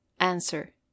Answer